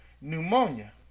pneumonia